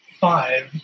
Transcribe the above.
five